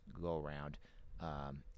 go-around